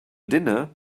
dinner